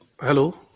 Hello